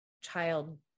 child